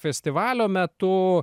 festivalio metu